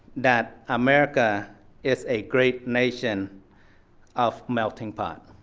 that america is a great nation of melting pot.